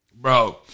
Bro